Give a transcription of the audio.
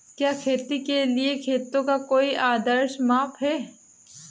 क्या खेती के लिए खेतों का कोई आदर्श माप है?